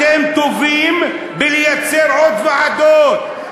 אתם טובים בלייצר עוד ועדות,